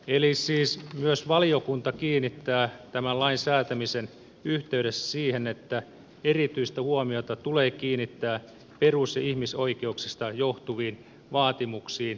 eli siis myös valiokunta kiinnittää tämän lain säätämisen yhteydessä huomiota siihen että erityistä huomiota tulee kiinnittää perus ja ihmisoikeuksista johtuviin vaatimuksiin